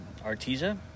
artesia